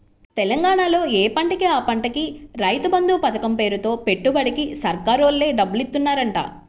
తెలంగాణాలో యే పంటకి ఆ పంటకి రైతు బంధు పతకం పేరుతో పెట్టుబడికి సర్కారోల్లే డబ్బులిత్తన్నారంట